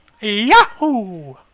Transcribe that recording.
Yahoo